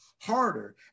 harder